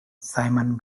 simon